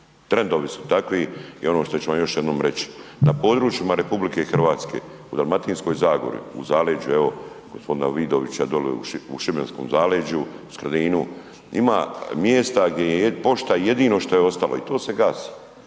trendovi su takvi. I ono što ću vam još jednom reć, na područjima RH u Dalmatinskoj zagori u Zaleđu evo gospodina Vidovića doli u Šibenskom zaleđu, Skradinu ima mjesta gdje je pošta jedino što je ostalo i to se gasi,